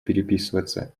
переписываться